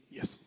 Yes